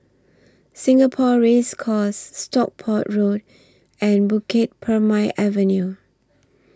Singapore Race Course Stockport Road and Bukit Purmei Avenue